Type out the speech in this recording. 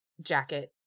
jacket